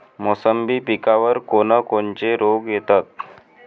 मोसंबी पिकावर कोन कोनचे रोग येतात?